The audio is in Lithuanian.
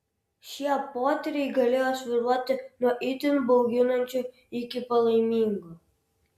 šie potyriai galėjo svyruoti nuo itin bauginančių iki palaimingų